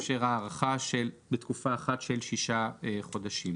אחת בת שישה חודשים כל אחת.".